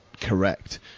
correct